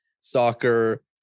soccer